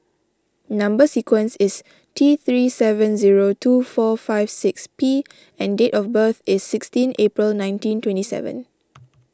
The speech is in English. Number Sequence is T three seven zero two four five six P and date of birth is sixteen April nineteen twenty seven